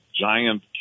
giant